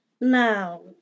Now